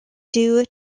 due